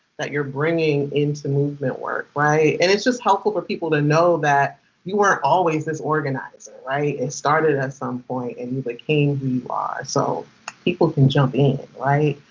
that you're bringing into movement work. right? and it's just helpful for people to know that you weren't always this organizer. it started at some point, and you became who you are. so people can jump in, right?